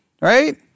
right